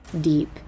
deep